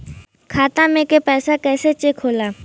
खाता में के पैसा कैसे चेक होला?